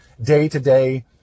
day-to-day